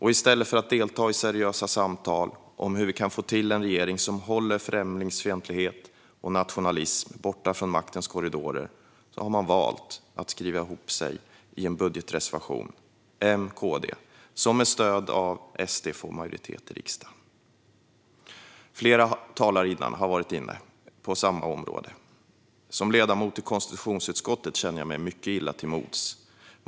I stället för att delta i seriösa samtal om hur vi kan få till en regering som håller främlingsfientlighet och nationalism borta från maktens korridorer har M och KD valt att skriva ihop sig i en budgetreservation som med stöd av SD får majoritet i riksdagen. Flera tidigare talare har varit inne på samma område. Som ledamot i konstitutionsutskottet känner jag mig mycket illa till mods.